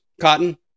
Cotton